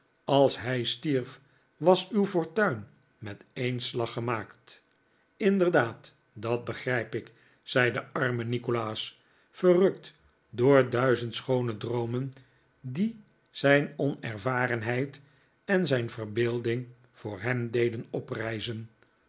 als hij stierf was uw fortuin met een slag gemaakt inderdaad dat begrijp ik zei de arme nikolaas verrukt door duizend schoone droomen die zijn onervareriheid en zijn verbeelding voor hem deden oprijzen